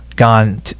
Gone